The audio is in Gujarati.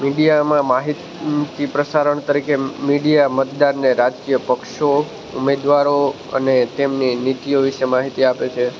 મીડિયામાં માહિતી પ્રસારણ તરીકે મીડિયા મતદારને રાજકીય પક્ષો ઉમેદવારો અને તેમની નીતિઓ વિષે માહિતી આપે છે